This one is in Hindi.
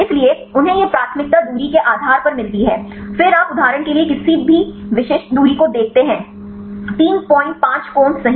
इसलिए उन्हें ये प्राथमिकता दूरी के आधार पर मिलती है फिर आप उदाहरण के लिए किसी भी विशिष्ट दूरी को देखते हैं 35 कोण सही